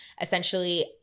essentially